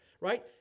right